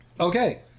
Okay